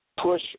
push